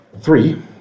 Three